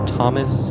Thomas